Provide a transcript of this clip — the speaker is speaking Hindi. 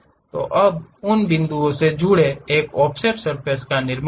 तो अब उन बिंदुओं से जुड़ें एक ऑफसेट सर्फ़ेस का निर्माण करें